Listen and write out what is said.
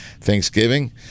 Thanksgiving